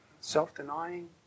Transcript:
self-denying